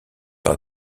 par